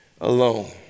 alone